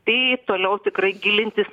tai toliau tikrai gilintis